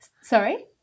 sorry